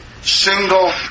single